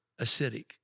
acidic